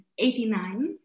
89